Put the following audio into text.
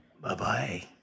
Bye-bye